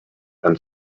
and